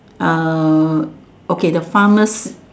uh okay the pharmac~